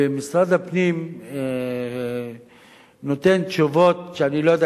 ומשרד הפנים נותן תשובות שאני לא יודע